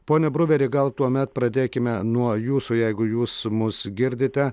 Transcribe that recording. pone bruveri gal tuomet pradėkime nuo jūsų jeigu jūs mus girdite